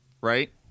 right